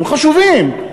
הם חשובים,